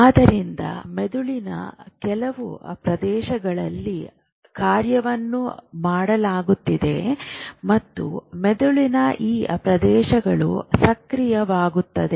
ಆದ್ದರಿಂದ ಮೆದುಳಿನ ಕೆಲವು ಪ್ರದೇಶಗಳಲ್ಲಿ ಕಾರ್ಯವನ್ನು ಮಾಡಲಾಗುತ್ತಿದೆ ಮತ್ತು ಮೆದುಳಿನ ಆ ಪ್ರದೇಶಗಳು ಸಕ್ರಿಯವಾಗುತ್ತವೆ